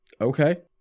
Okay